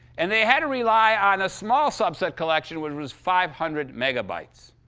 and they had to rely on a small subset collection which was five hundred megabytes.